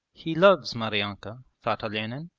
he loves maryanka thought olenin,